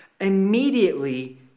immediately